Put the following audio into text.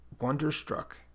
Wonderstruck